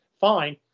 fine